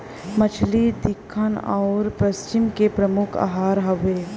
मछली दक्खिन आउर पश्चिम के प्रमुख आहार हउवे